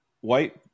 white